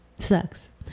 Sucks